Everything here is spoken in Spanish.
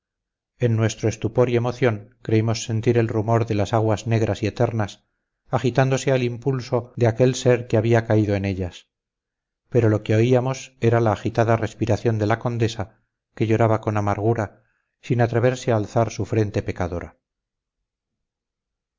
en nuestro estupor y emoción creímos sentir el rumor de las aguas negras y eternas agitándose al impulso de aquel ser que había caído en ellas pero lo que oíamos era la agitada respiración de la condesa que lloraba con amargura sin atreverse a alzar su frente pecadora